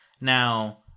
Now